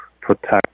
protect